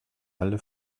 alle